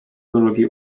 drugi